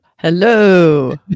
hello